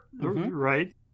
right